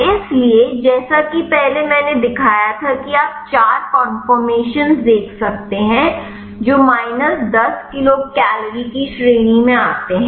इसलिए जैसा कि मैंने पहले दिखाया था कि आप चार कन्फोर्मशन देख सकते हैं जो माइनस 10 किलो कैलोरी की श्रेणी में आते हैं